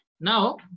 Now